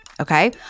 okay